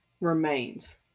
remains